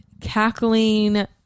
cackling